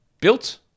built